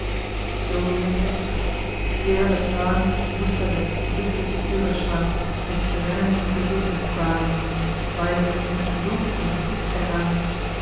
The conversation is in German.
so ging es edzard schwer bezahlen mußt er des glückes überschwang mit brennenden gewissensqualen weil er's mit lug und trug errang